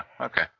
okay